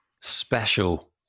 special